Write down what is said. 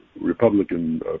Republican